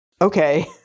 Okay